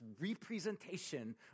representation